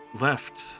left